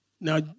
Now